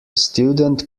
student